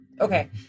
Okay